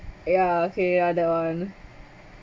ya okay ya that one